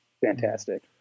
fantastic